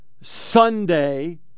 sunday